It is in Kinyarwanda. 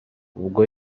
ubwo